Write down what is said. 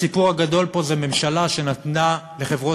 הסיפור הגדול פה זה ממשלה שנתנה לחברות